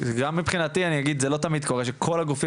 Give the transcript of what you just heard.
גם מבחינתי אני אגיד זה לא תמיד קורה שכל הגופים